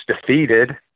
defeated